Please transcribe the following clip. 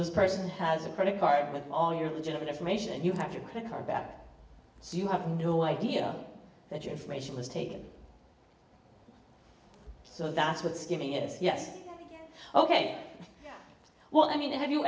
this person has a credit card with all your legitimate information and you have your credit card balance so you have no idea that your information was taken so that's what's giving it yes ok well i mean have you